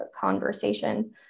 conversation